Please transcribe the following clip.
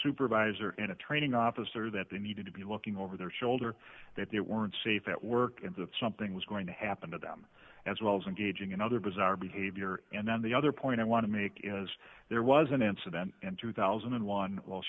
supervisor in a training officer that they needed to be looking over their shoulder that they weren't safe at work and that something was going to happen to them as well as engaging in other bizarre behavior and then the other point i want to make is there was an incident in two thousand and one